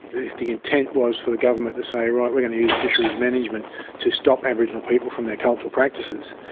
if the intent was for the government to say we ah are going to use fisheries management to stop aboriginal people from their cultural practices,